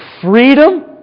freedom